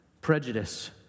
prejudice